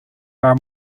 are